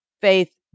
faith